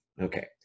Okay